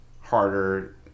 harder